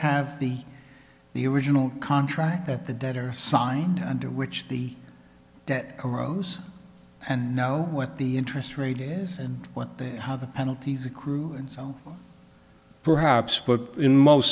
have the the original contract that the debtor signed under which the debt arose and know what the interest rate is and what the how the penalties accrue and so perhaps but in most